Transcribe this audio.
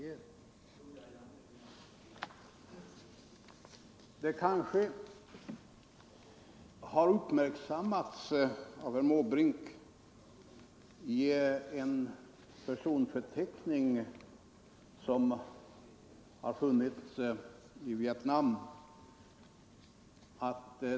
Herr Måbrink 19 kanske har uppmärksammat att det finns svenska namn nämnda i en personförteckning som har funnits i Vietnam.